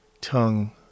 tongue